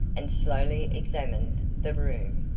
and slowly examined the room.